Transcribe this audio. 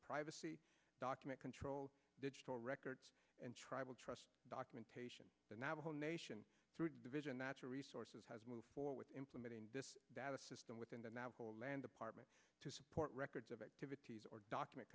privacy document control digital records and tribal trust documentation the navajo nation through division natural resources has moved forward implementing this data system within the natural man department to support records of activities or document